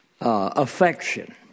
affection